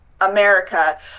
America